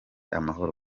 amahoro